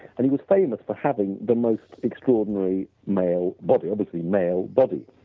and he was famous for having the most extraordinary male body, obviously male body.